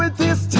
but this